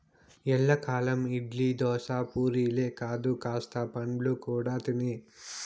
ఎల్లకాలం ఇడ్లీ, దోశ, పూరీలే కాదు కాస్త పండ్లు కూడా తినే